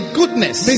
goodness